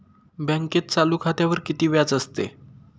बँकेत चालू खात्यावर किती व्याज असते?